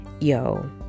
Yo